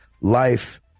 life